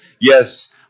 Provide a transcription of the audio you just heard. yes